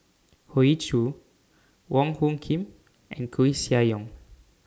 Hoey Choo Wong Hung Khim and Koeh Sia Yong